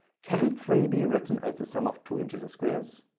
can three be written as the sum of two integer squares?